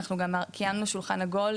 אנחנו גם קיימנו שולחן עגול,